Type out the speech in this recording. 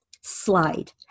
slide